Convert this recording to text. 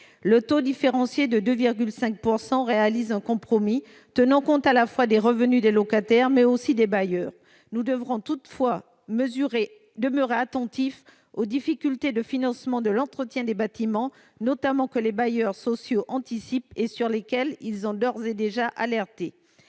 Le taux différencié de 2,5 % correspond à un compromis tenant compte des revenus des locataires comme des bailleurs. Nous devrons toutefois demeurer attentifs aux difficultés de financement de l'entretien des bâtiments, que les bailleurs sociaux anticipent et sur lesquels ils ont d'ores et déjà alerté.